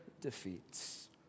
defeats